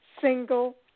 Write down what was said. single